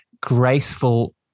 graceful